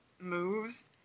moves